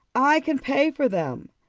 i can pay for them,